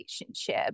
relationship